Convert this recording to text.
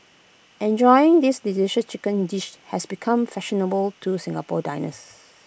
enjoying this delicious chicken dish has become fashionable to Singapore diners